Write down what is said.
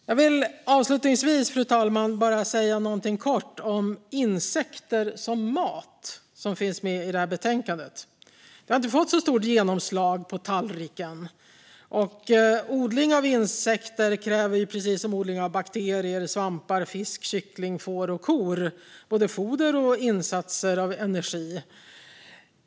Jag vill avslutningsvis säga något kort om insekter som mat, vilket tas upp i betänkandet. Det har inte fått så stort genomslag på tallriken. Odling av insekter kräver precis som odling av bakterier, svampar, fisk, kyckling, får och kor både foder och insatser av energi.